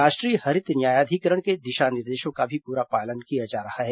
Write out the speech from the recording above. राष्ट्रीय हरित न्यायाधिकरण के दिशा निर्देशों का भी पूरा पालन किया जा रहा है